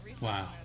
Wow